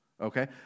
Okay